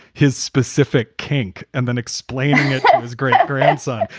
his specific kink, and then explaining it was great grandson,